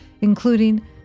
including